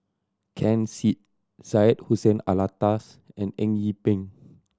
Ken Seet Syed Hussein Alatas and Eng Yee Peng